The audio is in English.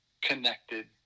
connected